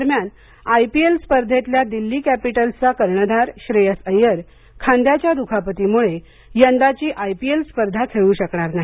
दरम्यान आयपीएल स्पर्धेतल्या दिल्ली कॅपिटल्सचा कर्णधार श्रेयस अय्यर खांद्याच्या दुखापतीमुळे यंदाची आयपीएल स्पर्धा खेळू शकणार नाही